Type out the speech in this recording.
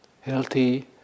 healthy